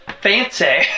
fancy